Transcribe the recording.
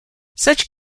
such